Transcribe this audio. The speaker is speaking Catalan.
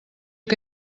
que